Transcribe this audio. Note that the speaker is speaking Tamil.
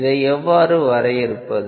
இதை எவ்வாறு வரையறுப்பது